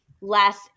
less